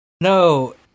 No